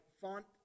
font